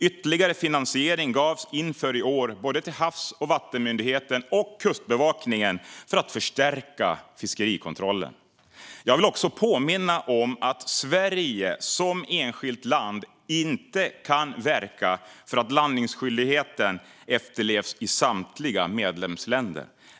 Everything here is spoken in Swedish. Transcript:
Ytterligare finansiering gavs inför i år både till Havs och vattenmyndigheten och till Kustbevakningen för att förstärka fiskerikontrollen. Jag vill också påminna om att Sverige som enskilt land inte kan verka för att landningsskyldigheten efterlevs i samtliga medlemsländer.